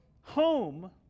Home